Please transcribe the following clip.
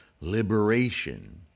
liberation